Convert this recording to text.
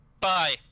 Bye